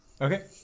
Okay